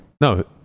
no